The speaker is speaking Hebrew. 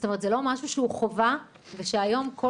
זאת אומרת: זה לא משהו שהוא חובה ושהיום כל